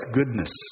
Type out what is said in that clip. goodness